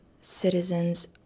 citizens